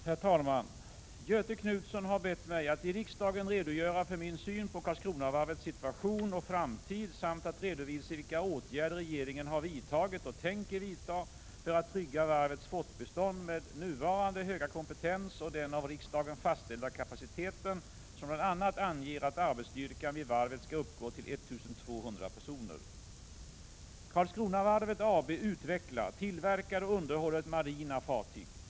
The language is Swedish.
Herr talman! Göthe Knutson har bett mig att i riksdagen redogöra för min syn på Karlskronavarvets situation och framtid samt att redovisa vilka åtgärder regeringen har vidtagit och tänker vidta för att trygga varvets fortbestånd med nuvarande höga kompetens och den av riksdagen fastställda kapaciteten som bl.a. anger att arbetsstyrkan vid varvet skall uppgå till 1 200 personer. Karlskronavarvet AB utvecklar, tillverkar och underhåller marina fartyg.